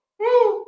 woo